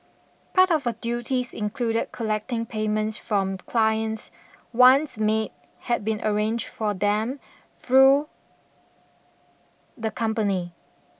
part of her duties included collecting payments from clients once maid had been arranged for them through the company